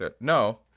no